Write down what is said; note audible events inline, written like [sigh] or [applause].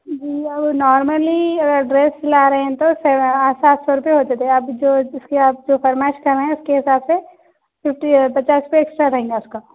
جی اگر نارملی اگر ڈریس سلا رہے ہیں تو [unintelligible] سات سو روپئے ہوتے تھے اب جو جس کی آپ جو فرمائش کر رہے ہیں اس کے حساب سے ففٹی پچاس روپئے ایکسٹرا رہیں گا آپ کا